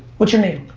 what's your name.